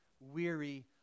weary